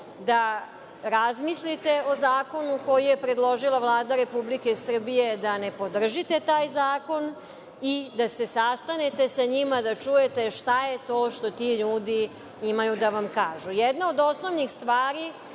da razmislite o zakonu koji je predložila Vlada Republike Srbije, da ne podržite taj zakon i da se sastanete sa njima da čujete šta je to što ti ljudi imaju da vam kažu. Jedna od osnovnih stvari